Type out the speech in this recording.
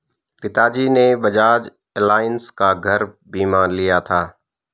पिताजी ने बजाज एलायंस का घर बीमा लिया था